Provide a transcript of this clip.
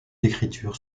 d’écriture